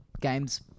games